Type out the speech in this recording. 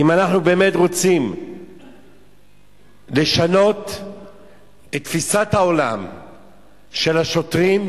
אם אנחנו באמת רוצים לשנות את תפיסת העולם של השוטרים,